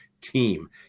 team